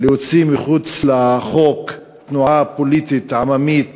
להוציא מחוץ לחוק תנועה פוליטית עממית